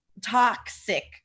toxic